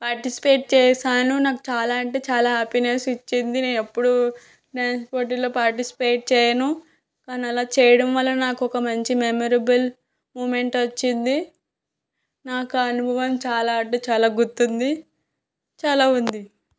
participate చేసాను నాకు చాలా అంటే చాలా హ్యాపినెస్ ఇచ్చింది నేను ఎప్పుడూ డ్యాన్స్ పోటీలో పార్టిసిపేట్ చేయను కాని అలా చేయడం వలన నాకు ఒక మంచి మెమరబుల్ మూమెంట్ వచ్చింది నాకు అనుభవం చాలా అంటే చాలా గుర్తుంది చాలా ఉంది